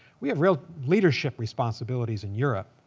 we have real leadership responsibilities in europe,